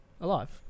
Alive